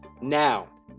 Now